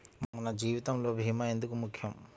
మన జీవితములో భీమా ఎందుకు ముఖ్యం?